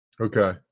Okay